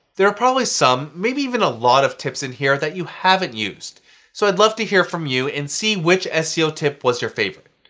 there were probably some, maybe even a lot of tips in here that you haven't used so i'd love to hear from you and see which seo tip was your favorite.